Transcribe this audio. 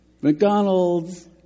McDonald's